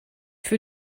für